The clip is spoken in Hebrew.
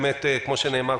כמו שנאמר,